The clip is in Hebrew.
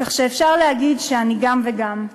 כך שאפשר להגיד שאני גם וגם,